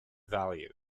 value